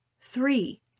Three